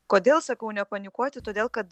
kodėl sakau nepanikuoti todėl kad